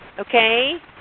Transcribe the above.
Okay